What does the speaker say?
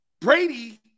Brady